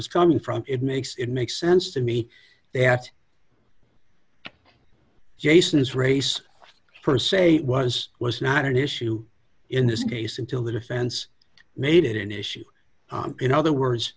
is coming from it makes it makes sense to me that jason is race per se was was not an issue in this case until the defense made it an issue in other words